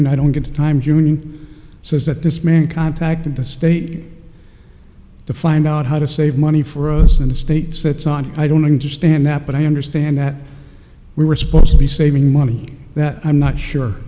union i don't get the times union says that this man contacted the state to find out how to save money for us and states that's not i don't understand that but i understand that we were supposed to be saving money that i'm not sure